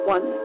One